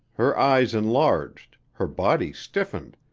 her eyes enlarged, her body stiffened,